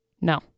No